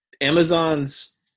Amazon's